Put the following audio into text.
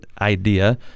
idea